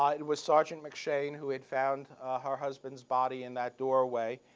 ah it and was sergeant mcshane who had found her husband's body in that doorway.